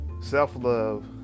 Self-love